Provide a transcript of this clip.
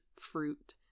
fruit